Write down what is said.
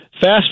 Fast